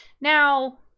Now